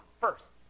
first